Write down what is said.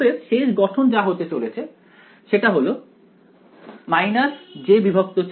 অতএব শেষ গঠন যা হতে চলেছে সেটা হলো j4H0k